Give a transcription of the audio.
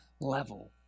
level